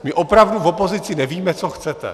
My opravdu v opozici nevíme, co chcete.